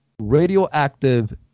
Radioactive